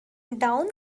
down